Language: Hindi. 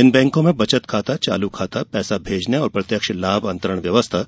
इन बैंको में बचत खाता चालू खाता पैसा भेजने और प्रत्यक्ष लाभ अंतरण व्यवस्था